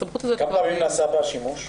כמה פעמים נעשה בה שימוש?